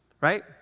Right